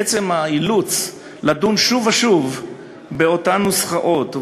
עצם האילוץ לדון שוב ושוב באותן נוסחאות,